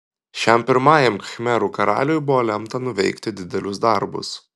šiam pirmajam khmerų karaliui buvo lemta nuveikti didelius darbus